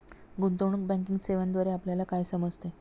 गुंतवणूक बँकिंग सेवांद्वारे आपल्याला काय समजते?